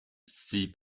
six